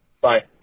Bye